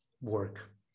work